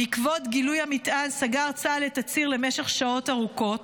בעקבות גילוי המטען סגר צה"ל את הציר למשך שעות ארוכות,